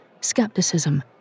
skepticism